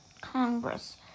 Congress